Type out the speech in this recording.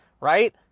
right